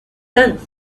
tenth